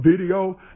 video